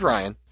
Ryan